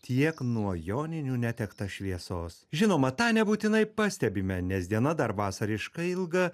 tiek nuo joninių netekta šviesos žinoma tą nebūtinai pastebime nes diena dar vasariškai ilga